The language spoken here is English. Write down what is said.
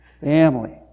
family